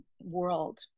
world